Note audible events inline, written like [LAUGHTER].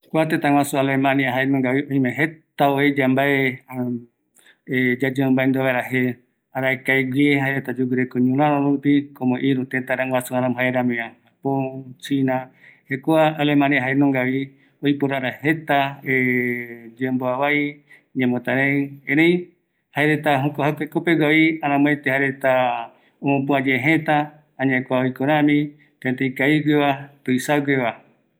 ﻿Kua tetaguasu Alemania jaenungavi oime jeta ueya vae yayemandua vaera je, arakae gue jaereta yogureko ñoraro rupi como iru teta guasu aramo jaeramiva Japon, China, kua Alemania jaenungavi oiporara jeta [HESITATION] yembuavai, ñemotarai, erei jaereta jokua jekopeguavi aramuete jaereta omopuaye jeta añae kua oiko rami teta ikavigueva, tuisagueva.